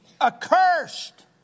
accursed